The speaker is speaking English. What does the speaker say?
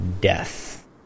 death